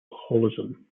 holism